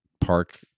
park